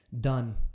done